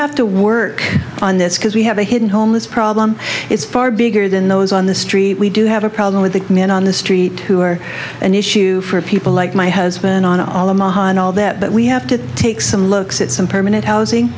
have to work on this because we have a hidden homeless problem it's far bigger than those on the street we do have a problem with the men on the street who are an issue for people like my husband and all that but we have to take some looks at some permanent housing